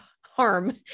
harm